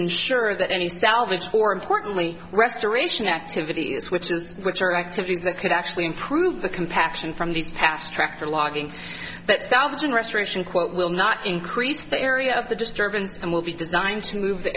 ensure that any salvage for importantly restoration activities which is which are activities that could actually improve the compaction from these past tractor logging that salvage and restoration quote will not increase the area of the disturbance and will be designed to move the